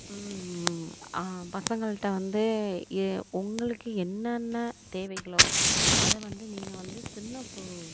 பசங்கள்ட்ட வந்து உங்களுக்கு என்னென்ன தேவைகளோ அதைவந்து நீங்கள் வந்து சின்ன